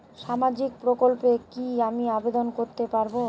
সামাজিক প্রকল্পে কি আমি আবেদন করতে পারবো?